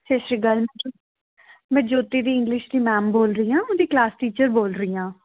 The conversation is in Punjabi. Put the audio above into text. ਸਤਿ ਸ਼੍ਰੀ ਅਕਾਲ ਮੈਂ ਜੋਤੀ ਦੀ ਇੰਗਲਿਸ਼ ਦੀ ਮੈਮ ਬੋਲ ਰਹੀ ਹਾਂ ਉਹਦੀ ਕਲਾਸ ਟੀਚਰ ਬੋਲ ਰਹੀ ਹਾਂ